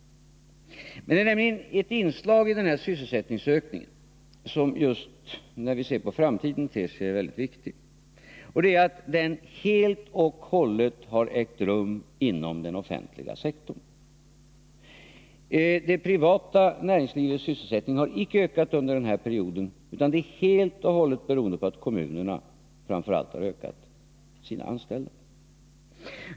Det är emellertid ett inslag i denna sysselsättningsökning som just när vi ser på framtiden ter sig viktig: den har helt och hållet ägt rum inom den offentliga sektorn. Det privata näringslivets sysselsättning har inte ökat under denna period, utan ökningen beror helt och hållet på att kommunerna har ökat antalet anställda.